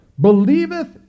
believeth